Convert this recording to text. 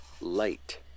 light